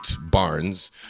barns